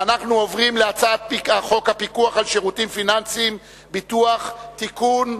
אנחנו עוברים להצעת חוק הפיקוח על שירותים פיננסיים (ביטוח) (תיקון,